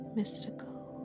mystical